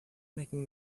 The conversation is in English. making